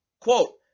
Quote